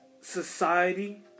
Society